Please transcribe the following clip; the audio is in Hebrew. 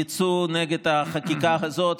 יצאו נגד החקיקה הזאת,